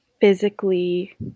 physically